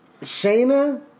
Shayna